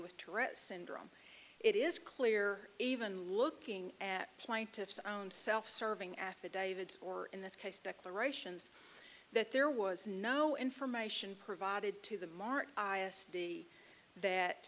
with tourette's syndrome it is clear even looking at plaintiff's own self serving affidavits or in this case declarations that there was no information provided to them aren't i a study th